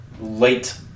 late